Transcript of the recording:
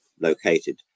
located